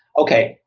okay,